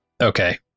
Okay